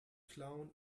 clown